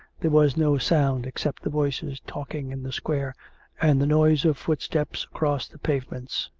there was no sound except the voices talking in the square and the noise of footsteps across the pavements.